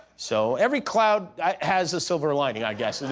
so every cloud has a silver lining i guess.